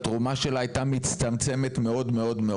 התרומה שלה הייתה מצטמצמת מאוד מאוד.